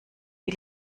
die